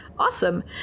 awesome